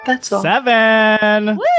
seven